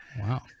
Wow